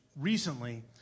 recently